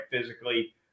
physically